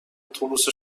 اتوبوس